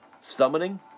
summoning